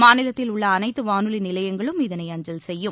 மாநிலத்தில் உள்ள அனைத்து வானொலி நிலையங்களும் இதனை அஞ்சல் செய்யும்